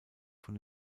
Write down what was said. von